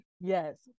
Yes